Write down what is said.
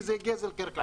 כי זה גזל קרקעות.